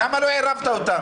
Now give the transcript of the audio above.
למה לא ערבת אותם?